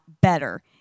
better